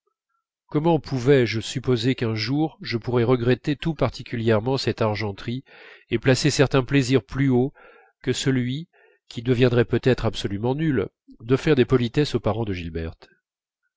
comment pouvais-je supposer qu'un jour je pourrais regretter tout particulièrement cette argenterie et placer certains plaisirs plus haut que celui qui deviendrait peut-être absolument nul de faire des politesses aux parents de gilberte